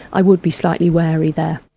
i would be slightly wary there.